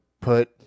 put